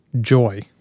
joy